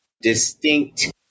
distinct